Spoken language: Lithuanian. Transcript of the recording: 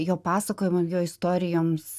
jo pasakojimam jo istorijoms